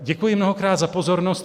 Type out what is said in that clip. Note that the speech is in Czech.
Děkuji mnohokrát za pozornost.